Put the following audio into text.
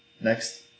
next